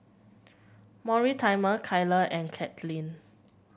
Mortimer Kyler and Kadyn